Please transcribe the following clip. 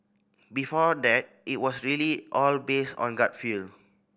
before that it was really all based on gut feel